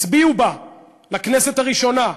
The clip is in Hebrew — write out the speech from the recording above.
הצביעו בה לכנסת הראשונה,